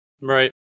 Right